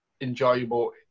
enjoyable